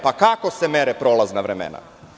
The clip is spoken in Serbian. Pa kako se mere prolazna vremena?